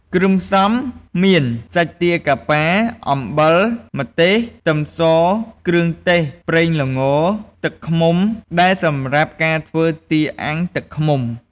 គ្រឿងផ្សំមាន សាច់ទាកាប៉ា អំបិល ម្ទេស ខ្ទឹមស គ្រឿងទេស ប្រេងល្ង ទឹកឃ្មុំ ដែលសម្រាប់ការធ្វ់ើទាអាំងទឹកឃ្មុំ។